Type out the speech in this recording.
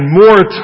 more